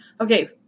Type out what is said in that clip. Okay